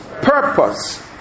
purpose